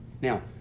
now